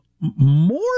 more